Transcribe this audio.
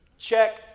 Check